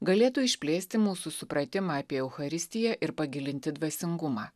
galėtų išplėsti mūsų supratimą apie eucharistiją ir pagilinti dvasingumą